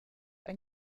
ein